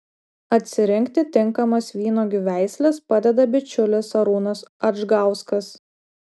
atsirinkti tinkamas vynuogių veisles padeda bičiulis arūnas adžgauskas